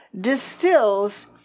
distills